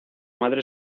madre